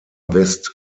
west